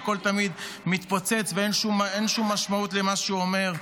שהכול תמיד מתפוצץ ואין שום משמעות למה שהוא אומר,